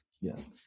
Yes